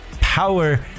Power